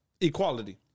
equality